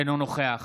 אינו נוכח